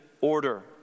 order